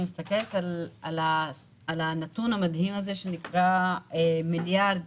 אני מסתכלת על הנתון המדהים הזה שנקרא מיליארד